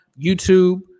YouTube